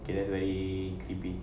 okay that's very sleepy